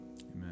Amen